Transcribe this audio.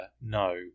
No